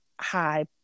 high